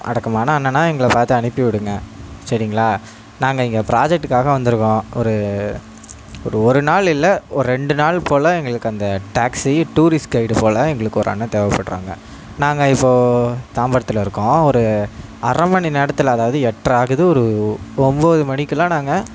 அடக்கமான அண்ணனாக எங்களை பார்த்து அனுப்பிவிடுங்க சரிங்களா நாங்கள் இங்கே ப்ராஜக்ட்டுக்காக வந்திருக்கோம் ஒரு ஒரு ஒரு நாள் இல்லை ஒரு ரெண்டு நாள் போல எங்களுக்கு அந்த டாக்ஸி டூரிஸ்ட் கைடு போல எங்களுக்கு ஒரு அண்ணன் தேவப்படறாங்க நாங்கள் இப்போது தாம்பரத்தில் இருக்கோம் ஒரு அரை மணி நேரத்தில் அதாவது எட்டர ஆகுது ஒரு ஒம்பது மணிக்கெலாம் நாங்கள்